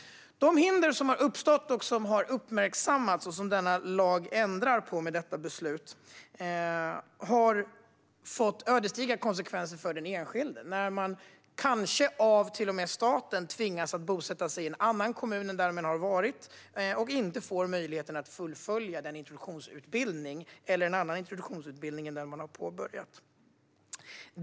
De hinder som har uppstått och som har uppmärksammats, och som den här lagen ändrar på genom detta beslut, har fått ödesdigra konsekvenser för den enskilde. Man har kanske till och med av staten tvingats att bosätta sig i en annan kommun än i den man har varit och har därmed inte kunnat fullfölja den introduktionsutbildning som man har påbörjat eller någon annan introduktionsutbildning än den man har påbörjat.